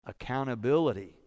accountability